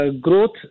growth